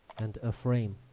and a frame